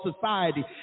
society